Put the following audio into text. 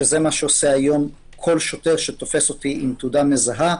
שזה מה שעושה היום כל שוטר שתופס אותי עם תעודה מזהה,